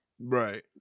Right